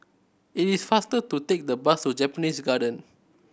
it is faster to take the bus to Japanese Garden